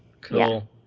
Cool